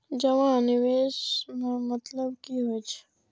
जमा आ निवेश में मतलब कि होई छै?